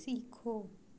सीखो